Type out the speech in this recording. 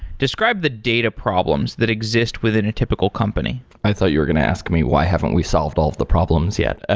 describe the data problems that exist within a typical company i thought you you were going to ask me why haven't we solved all the problems yet.